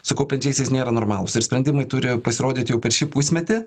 su kaupiančiaisiais nėra normalūs ir sprendimai turi pasirodyt jau per šį pusmetį